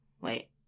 Wait